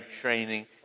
training